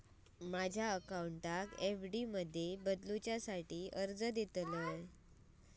माझ्या अकाउंटाक एफ.डी मध्ये बदलुसाठी अर्ज देतलय